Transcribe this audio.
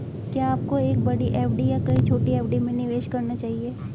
क्या आपको एक बड़ी एफ.डी या कई छोटी एफ.डी में निवेश करना चाहिए?